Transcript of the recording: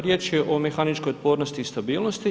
Riječ je o mehaničkoj otpornosti i stabilnosti.